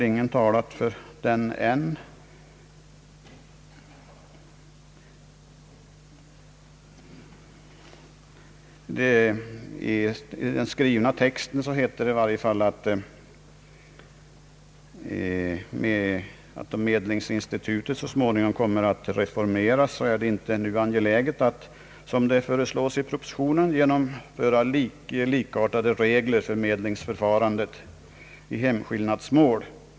I den skrivna texten heter det i varje fall, att om medlingsinstitutet så småningom kommer att reformeras, så är det inte nu angeläget att som det föreslås i propositionen genomföra likartade regler för medlingsförfarandet i hemskillnadsmål.